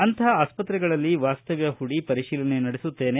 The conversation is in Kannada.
ಅಂಥ ಆಸ್ಪತ್ರೆಗಳಲ್ಲಿ ವಾಸ್ತವ್ಯ ಪೂಡಿ ಪರಿಶೀಲನೆ ನಡೆಸುತ್ತೇನೆ